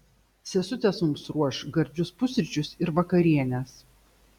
sesutės mums ruoš gardžius pusryčius ir vakarienes